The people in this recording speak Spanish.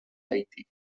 haití